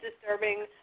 disturbing